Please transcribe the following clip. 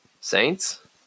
Saints